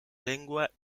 lengua